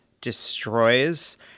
destroys